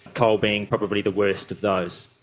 coal being probably the worst of those.